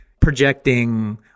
projecting